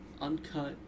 uncut